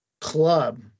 club